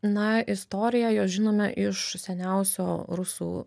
na istoriją jos žinome iš seniausio rusų